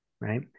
right